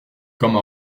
comme